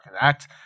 act